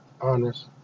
honest